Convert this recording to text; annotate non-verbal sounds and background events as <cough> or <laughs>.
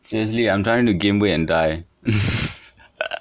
seriously I'm trying to gain weight and die <laughs>